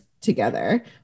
Together